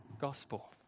Gospel